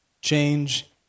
change